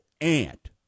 Aunt